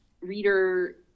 reader